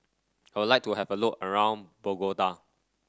I would like to have a look around Bogota